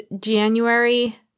January